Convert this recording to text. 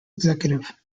executive